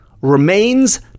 remains